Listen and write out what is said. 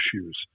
issues